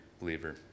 believer